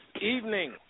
evening